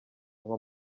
nko